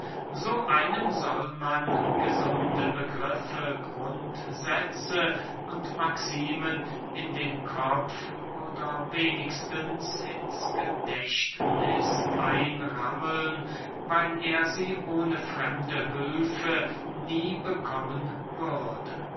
so einem soll man gesunde begriffe grundsätze und maximen in den kopf oder wenigstens ins gedächtniß einsammeln weil er sie ohne fremde hülfe nie bekommen würde